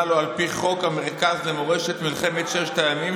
לו על פי חוק המרכז למורשת מלחמת ששת הימים,